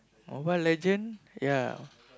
Mobile-Legend ya